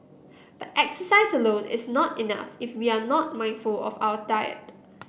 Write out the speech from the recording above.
but exercise alone is not enough if we are not mindful of our diet